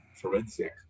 forensic